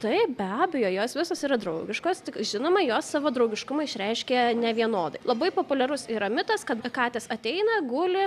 taip be abejo jos visos yra draugiškos tik žinoma jos savo draugiškumą išreiškia nevienodai labai populiarus yra mitas kad katės ateina guli